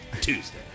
Tuesday